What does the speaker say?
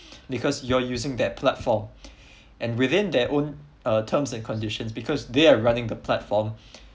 because you're using that platform and within they're own uh terms and conditions because they are running the platform